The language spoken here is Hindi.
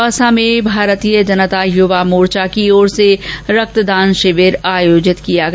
दौसा में भारतीय जनता युवा मोर्चा की ओर से रक्तदान शिविर का आयोजन किया गया